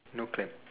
no clam